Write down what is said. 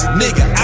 nigga